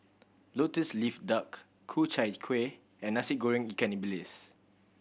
Lotus Leaf Duck Ku Chai Kuih and Nasi Goreng ikan bilis